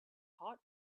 hot